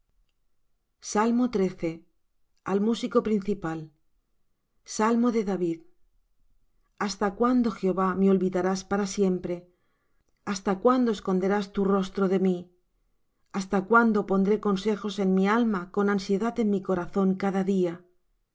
los hombres al músico principal salmo de david hasta cuándo jehová me olvidarás para siempre hasta cuándo esconderás tu rostro de mí hasta cuándo pondré consejos en mi alma con ansiedad en mi corazón cada día